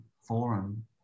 forum